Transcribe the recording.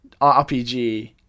RPG